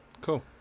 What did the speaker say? Cool